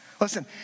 Listen